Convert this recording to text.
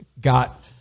got